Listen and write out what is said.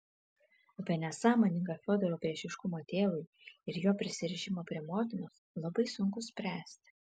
apie nesąmoningą fiodoro priešiškumą tėvui ir jo prisirišimą prie motinos labai sunku spręsti